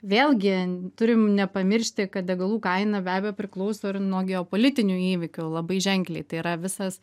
vėlgi turim nepamiršti kad degalų kaina be abejo priklauso ir nuo geopolitinių įvykių labai ženkliai tai yra visas